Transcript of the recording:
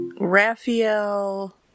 Raphael